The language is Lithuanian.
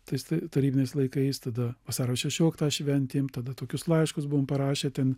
tais tarybiniais laikais tada vasario šešioliktą šventėm tada tokius laiškus buvom parašę ten